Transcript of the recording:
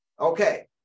okay